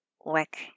work